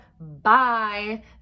bye